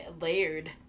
layered